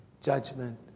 judgment